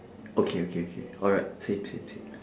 okay okay okay alright same same same